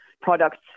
products